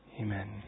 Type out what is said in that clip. Amen